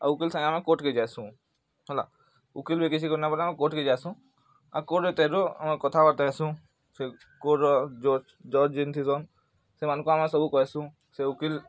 ଆଉ ଓକିଲ୍ ସାଙ୍ଗେ ଆମେ କୋର୍ଟ୍କେ ଯାଏସୁ ହେଲା ଓକିଲ୍ ବି କିଛି କରି ନାଇଁ ପାର୍ଲେ ଆମେ କୋର୍ଟ୍କେ ଯାଏସୁ ଆଉ କୋର୍ଟ୍ରେ ତାହେରୁ ଆମେ କଥାବାର୍ତ୍ତା ହେସୁ ସେ କୋର୍ଟ୍ର ଜେନ୍ ଜଜ୍ ଜଜ୍ ଯେନ୍ ଥିସନ୍ ସେମାଙ୍କୁ ଆମେ ସବୁ କହେସୁ ସେ ଓକିଲ୍